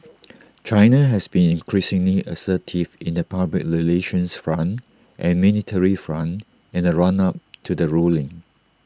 China has been increasingly assertive in the public relations front and military front in the run up to the ruling